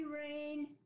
Rain